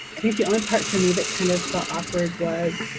i think the only part for me that kind of felt awkward was